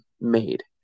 made